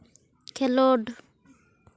ᱠᱷᱮᱞᱚᱸᱰ